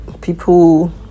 people